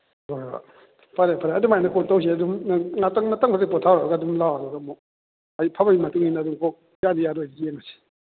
ꯍꯣꯏ ꯍꯣꯏ ꯐꯔꯦ ꯐꯔꯦ ꯑꯗꯨꯃꯥꯏꯅ ꯀꯣꯟ ꯇꯧꯁꯤ ꯑꯗꯨꯝ ꯅꯪ ꯉꯥꯇꯪ ꯉꯥꯇꯪ ꯍꯧꯖꯤꯛ ꯄꯣꯊꯥꯔꯒ ꯑꯗꯨꯝ ꯂꯥꯛꯑꯣ ꯑꯃꯨꯛ ꯑꯩ ꯐꯕꯒꯤ ꯃꯇꯨꯡꯏꯟꯅ ꯑꯗꯨꯝ ꯌꯥꯅꯤ ꯌꯥꯔꯣꯏꯗꯨ ꯌꯦꯡꯉꯁꯤ